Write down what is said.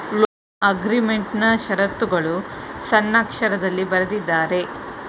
loan ಅಗ್ರೀಮೆಂಟ್ನಾ ಶರತ್ತುಗಳು ಸಣ್ಣಕ್ಷರದಲ್ಲಿ ಬರೆದಿದ್ದಾರೆ